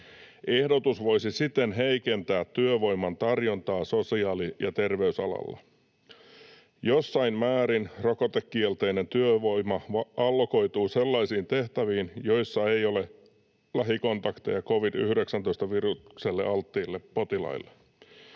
Ehdotus voisi siten heikentää työvoiman tarjontaa sosiaali- ja terveysalalla. Jossain määrin rokotekielteinen työvoima allokoituu sellaisiin tehtäviin, joissa ei ole lähikontakteja covid-19-virukselle alttiille potilaille.